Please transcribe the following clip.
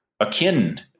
akin